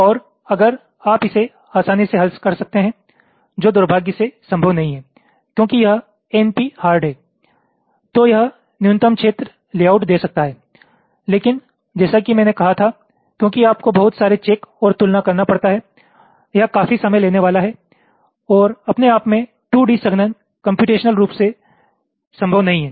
और अगर आप इसे आसानी से हल कर सकते हैं जो दुर्भाग्य से संभव नहीं है क्योंकि यह एनपी हार्ड है तो यह न्यूनतम क्षेत्र लेआउट दे सकता है लेकिन जैसा कि मैंने कहा था क्योंकि आपको बहुत सारे चेक और तुलना करना पड़ता है यह काफी समय लेने वाला है और अपने आप में 2D संघनन कम्प्यूटेशनल रूप से संभव नहीं है